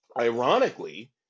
ironically